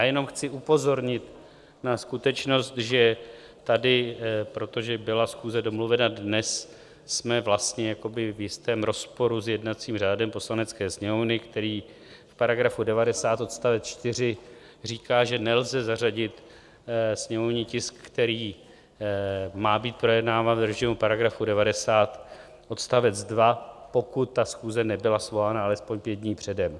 Jenom chci upozornit na skutečnost, že tady, protože byla schůze domluvena dnes, jsme vlastně jakoby v jistém rozporu s jednacím řádem Poslanecké sněmovny, který v § 90 odst. 4 říká, že nelze zařadit sněmovní tisk, který má být projednáván v režimu § 90, odst. 2, pokud schůze nebyla svolaná aspoň pět dní předem.